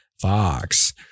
Fox